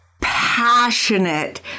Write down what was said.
passionate